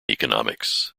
economics